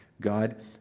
God